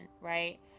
right